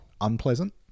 unpleasant